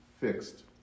fixed